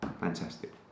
fantastic